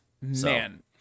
Man